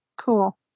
cool